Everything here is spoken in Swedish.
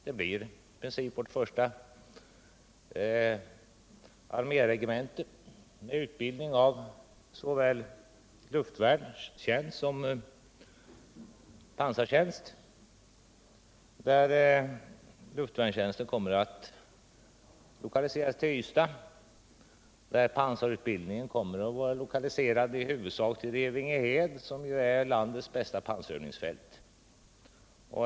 I princip blir det vårt första arméregemente, med utbildning i såväl luftvärnstjänst som pansartjänst, där luftvärnstjänsten kommer att lokaliseras till Ystad och pansarutbildningen till i huvudsak Revingehed, som ju är landets bästa pansarövningsfält.